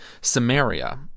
Samaria